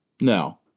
no